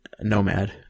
Nomad